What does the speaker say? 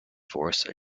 force